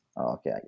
Okay